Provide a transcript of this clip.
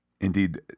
indeed